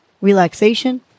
relaxation